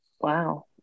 wow